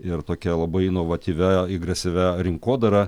ir tokia labai inovatyvia agresyvia rinkodara